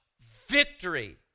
victory